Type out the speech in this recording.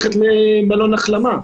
למלון החלמה.